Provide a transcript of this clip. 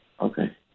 okay